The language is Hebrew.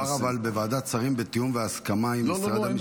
אבל הוא אמר בוועדת שרים בתיאום והסכמה עם משרד המשפטים.